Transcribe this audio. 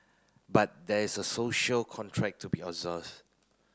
but there's a social contract to be observed